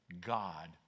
God